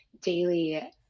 daily